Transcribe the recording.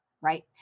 right